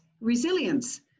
resilience